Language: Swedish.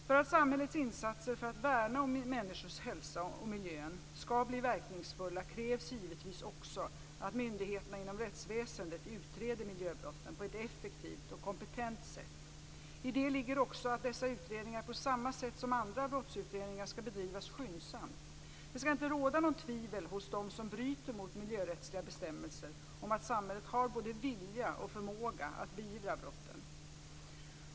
För att samhällets insatser för att värna om människors hälsa och om miljön skall bli verkningsfulla krävs givetvis också att myndigheterna inom rättsväsendet utreder miljöbrotten på ett effektivt och kompetent sätt. I det ligger också att dessa utredningar på samma sätt som andra brottsutredningar skall bedrivas skyndsamt. Det skall inte råda något tvivel hos dem som bryter mot miljörättsliga bestämmelser om att samhället har både vilja och förmåga att beivra brotten.